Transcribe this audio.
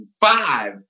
five